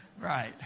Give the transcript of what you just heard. Right